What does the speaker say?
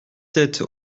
sept